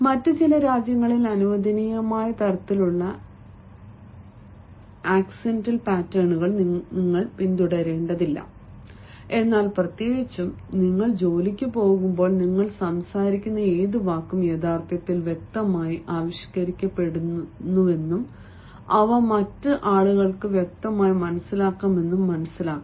മറ്റ് ചില രാജ്യങ്ങളിൽ അനുവദനീയമായ തരത്തിലുള്ള ആക്സന്റൽ പാറ്റേണുകൾ നിങ്ങൾ പിന്തുടരേണ്ടതില്ല എന്നാൽ പ്രത്യേകിച്ചും നിങ്ങൾ ജോലിക്ക് പോകുമ്പോൾ നിങ്ങൾ സംസാരിക്കുന്ന ഏത് വാക്കും യഥാർത്ഥത്തിൽ വ്യക്തമായി ആവിഷ്കരിക്കപ്പെടുന്നുവെന്നും അവ മറ്റ് ആളുകൾക്ക് വ്യക്തമായി മനസ്സിലാക്കാമെന്നും മനസ്സിലാക്കുക